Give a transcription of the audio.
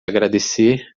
agradecer